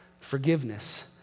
forgiveness